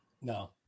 No